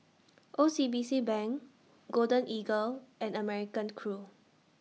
O C B C Bank Golden Eagle and American Crew